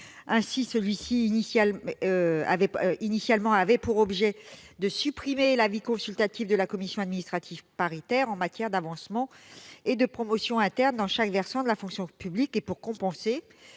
Il avait initialement pour objet de supprimer l'avis consultatif de la commission administrative paritaire en matière d'avancement et de promotion interne dans chaque versant de la fonction publique. Il était